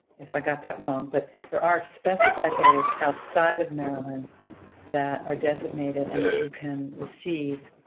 if i got that wrong. but there are specified areas outside of maryland that are designated and that you can receive